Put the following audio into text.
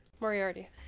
Moriarty